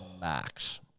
max